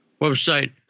website